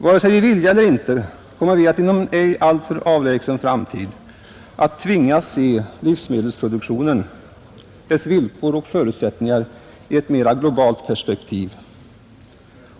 Vare sig vi vill eller inte kommer vi inom en ej alltför avlägsen framtid att tvingas se livsmedelsproduktionen, dess villkor och förutsättningar i ett mera globalt perspektiv.